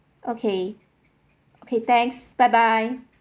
okay okay thanks bye bye